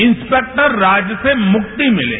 inspector राज से मुक्ति मिले